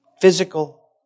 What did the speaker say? physical